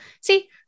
see